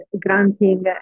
granting